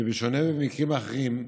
שבשונה ממקרים אחרים,